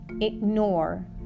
ignore